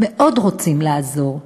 מאוד רוצים לעזור,